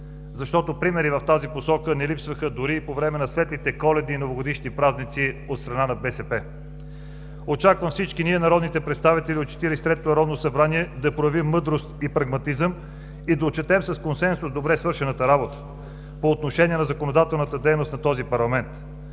защото примери в тази посока не липсваха дори и по време на светлите Коледни и Новогодишни празници от страна на БСП. Очаквам всички ние, народните представители от Четиридесет и третото народно събрание, да проявим мъдрост и прагматизъм и да отчетем с консенсус добре свършената работа по отношение на законодателната дейност на този парламент.